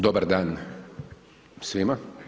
Dobar dan svima.